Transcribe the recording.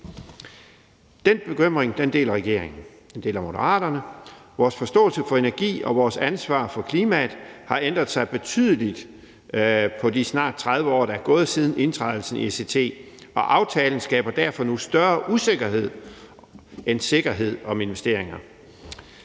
Den bekymring deler regeringen, og den deler Moderaterne. Vores forståelse af energi og vores ansvar for klimaet har ændret sig betydeligt på de snart 30 år, der er gået siden indtrædelsen i ECT, og aftalen skaber derfor nu større usikkerhed end sikkerhed om investeringer.